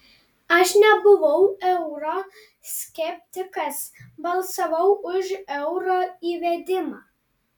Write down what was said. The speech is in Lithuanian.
aš nebuvau euro skeptikas balsavau už euro įvedimą